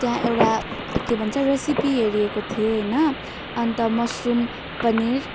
त्यहाँ एउटा के भन्छ रेसिपी हेरिएको थिएँ होइन अन्त मसरुम पनिर